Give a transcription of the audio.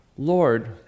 Lord